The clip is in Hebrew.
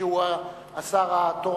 אנחנו רוצים להתחלף, יש לנו עסקה סיעתית.